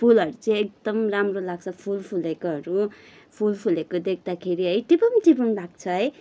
फुलहरू चाहिँ एकदम राम्रो लाग्छ फुल फुलेकोहरू फुल फुलेको देख्दाखेरि है टिपौँ टिपौँ लाग्छ है